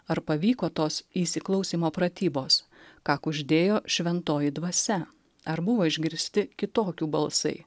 ar pavyko tos įsiklausymo pratybos ką kuždėjo šventoji dvasia ar buvo išgirsti kitokių balsai